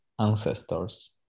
ancestors